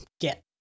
get